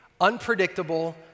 unpredictable